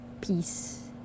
peace